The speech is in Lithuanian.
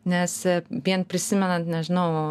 nes vien prisimenant nežinau